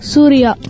Surya